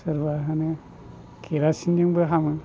सोरबा होनो केरासिनजोंबो हामो